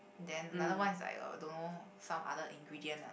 then another one is like uh don't know some other ingredient ah